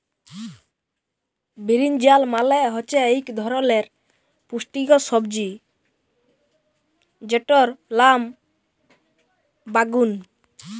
বিরিনজাল মালে হচ্যে ইক ধরলের পুষ্টিকর সবজি যেটর লাম বাগ্যুন